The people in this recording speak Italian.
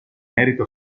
merito